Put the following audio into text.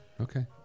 Okay